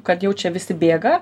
kad jau čia visi bėga